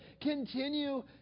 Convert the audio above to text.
continue